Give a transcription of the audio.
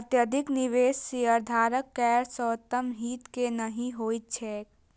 अत्यधिक निवेश शेयरधारक केर सर्वोत्तम हित मे नहि होइत छैक